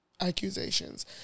accusations